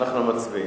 אנחנו מצביעים.